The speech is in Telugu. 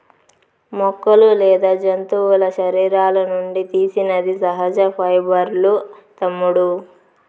మొక్కలు లేదా జంతువుల శరీరాల నుండి తీసినది సహజ పైబర్లూ తమ్ముడూ